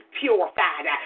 purified